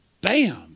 Bam